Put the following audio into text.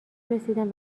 رسیدن